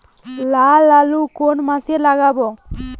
লাল আলু কোন মাসে লাগাব?